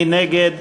מי נגד?